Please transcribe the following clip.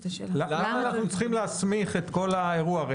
למה אנחנו צריכים להסמיך את כל האירוע?